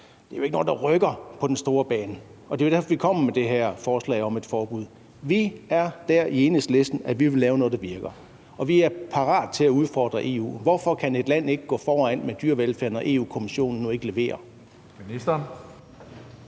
Det er jo ikke noget, der rykker på den store bane, og det er derfor, vi kommer med det her forslag om et forbud. Vi er dér i Enhedslisten, at vi vil lave noget, der virker, og vi er parat til at udfordre EU. Hvorfor kan et land ikke gå foran med dyrevelfærd, når Europa-Kommissionen nu ikke leverer?